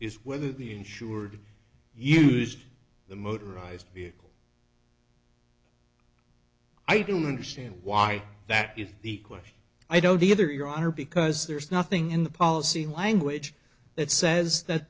is whether the insured used the motorized vehicle i don't understand why that is the question i don't either your honor because there's nothing in the policy language that says that